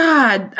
God